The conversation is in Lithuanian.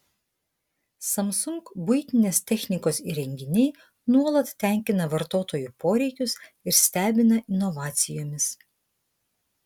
samsung buitinės technikos įrenginiai nuolat tenkina vartotojų poreikius ir stebina inovacijomis